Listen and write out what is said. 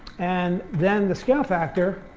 and then the scale factor